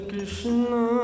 Krishna